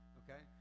okay